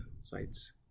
sites